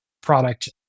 product